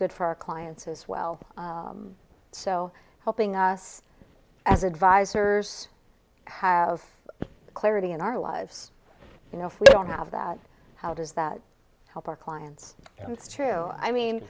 good for our clients as well so helping us as advisors have clarity in our lives you know if we don't have that how does that help our clients and it's true i mean